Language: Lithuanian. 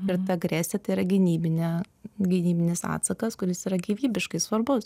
ir ta agresija tai yra gynybinė gynybinis atsakas kuris yra gyvybiškai svarbus